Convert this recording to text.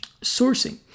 sourcing